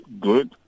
good